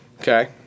Okay